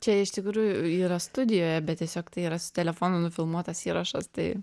čia iš tikrųjų yra studijoje bet tiesiog tai yra su telefonu nufilmuotas įrašas tai